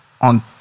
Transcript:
on